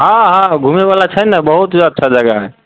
हँ हँ घूमै बला छै ने बहुत्त अच्छा जगह है